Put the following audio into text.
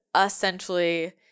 essentially